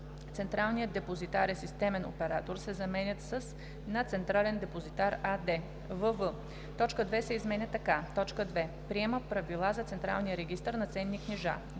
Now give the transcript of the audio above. Централният депозитар е системен оператор“, се заменят с „на „Централен депозитар“ АД“; вв) точка 2 се изменя така: „2. приема правила за централния регистър на ценни книжа;“